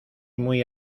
muy